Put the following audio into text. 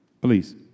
Please